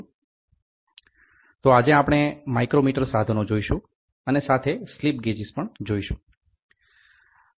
તો આજે આપણે માઈક્રોમીટર સાધનો જોઈશું અને સાથે સ્લિપ ગેજીસ પણ જોઈશું